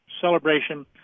celebration